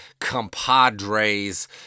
compadres